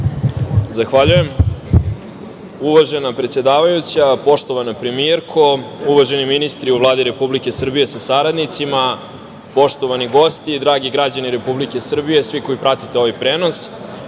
Zahvaljujem. Uvažena predsedavajuća, poštovana premijerko, uvaženi ministri u Vladi Republike Srbije sa saradnicima, poštovani gosti i dragi građani Republike Srbije, svi koji pratite ovaj prenos,